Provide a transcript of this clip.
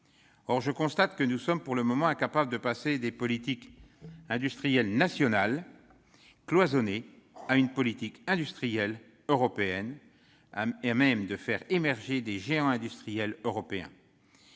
Or je constate que nous sommes pour le moment incapables de passer de politiques industrielles nationales cloisonnées à une politique industrielle européenne à même de faire émerger des géants industriels européens.